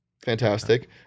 fantastic